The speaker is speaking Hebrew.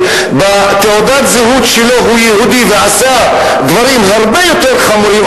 שבתעודת הזהות שלו הוא יהודי ועשה דברים הרבה יותר חמורים,